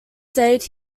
stayed